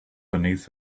beneath